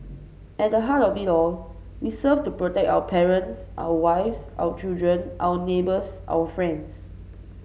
at the heart of it all we serve to protect our parents our wives our children our neighbours our friends